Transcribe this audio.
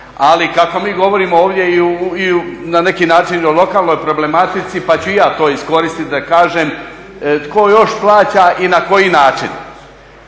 ali kako mi govorimo na neki način i o lokalnoj problematici pa ću i ja to iskoristiti da kažem tko još plaća i na koji način.